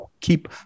keep